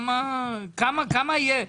כמה יהיה?